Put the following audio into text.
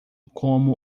como